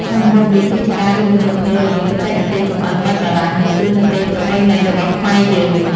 មុខម្ហូបនេះគឺជាការរួមបញ្ចូលគ្នារវាងបច្ចេកទេសចម្អិនបែបបារាំងនិងគ្រឿងទេសប្រពៃណីរបស់ខ្មែរយើង។